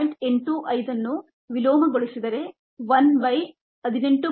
85 ಅನ್ನು ವಿಲೋಮಗೊಳಿಸಿದರೆ 1 by 18